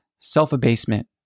self-abasement